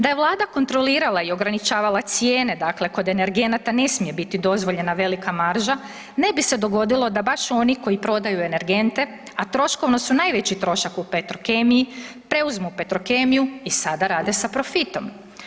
Da je Vlada kontrolirala i ograničavala cijene dakle kod energenata ne smije biti dozvoljena velika marža ne bi se dogodilo da baš oni koji prodaju energente, a troškovno su najveći trošak u Petrokemiji preuzmu Petrokemiju i sada rade sa profitom.